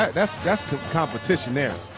that's competition there.